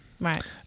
right